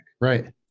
Right